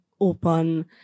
open